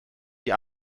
die